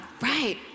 right